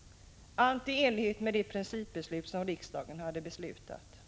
— allt i enlighet med det principbeslut som riksdagen hade fattat.